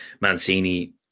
Mancini